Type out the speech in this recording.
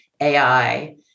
AI